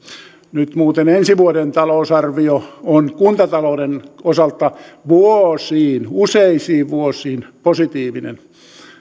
nyt muuten ensi vuoden talousarvio on kuntatalouden osalta vuosiin useisiin vuosiin positiivinen